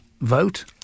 vote